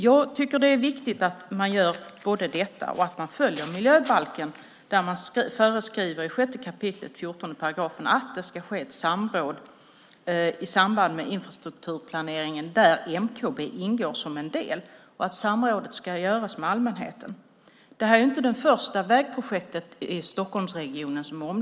Jag tycker att det är viktigt att göra det och följa miljöbalken, som i 6 kap. 14 § föreskriver att det ska ske ett samråd i samband med infrastrukturplaneringen, där MKB ingår som en del, samt att samrådet ska göras med allmänheten. Det här är inte det första omdiskuterade vägprojektet i Stockholmsregionen.